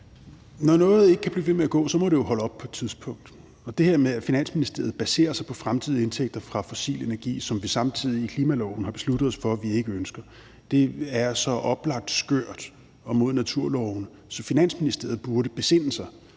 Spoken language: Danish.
når noget ikke kan blive ved med at gå, så må det jo holde op på et tidspunkt, og det her med, at Finansministeriet baserer sig på fremtidige indtægter fra fossil energi, som vi samtidig i klimaloven har besluttet os for at vi ikke ønsker, er så oplagt skørt og mod naturlovene, at Finansministeriet burde besinde sig.